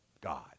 God